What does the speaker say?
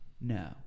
no